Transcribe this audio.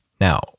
Now